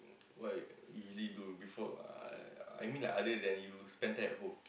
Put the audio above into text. what you usually do before uh I mean like other than you spend time at home